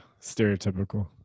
Stereotypical